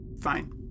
Fine